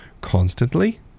constantly